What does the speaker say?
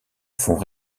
font